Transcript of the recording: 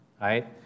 Right